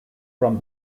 from